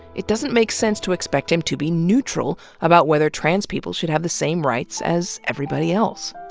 it doesn't make sense to expect him to be neutral about whether trans people should have the same rights as everybody else.